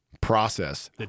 process